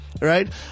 Right